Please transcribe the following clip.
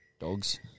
Dogs